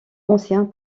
ancien